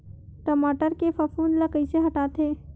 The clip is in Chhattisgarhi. टमाटर के फफूंद ल कइसे हटाथे?